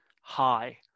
high